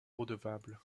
redevable